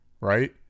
right